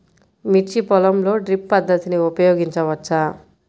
మిర్చి పొలంలో డ్రిప్ పద్ధతిని ఉపయోగించవచ్చా?